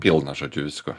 pilna žodžiu visko